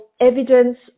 evidence